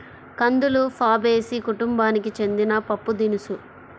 కందులు ఫాబేసి కుటుంబానికి చెందిన పప్పుదినుసు